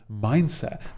mindset